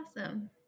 awesome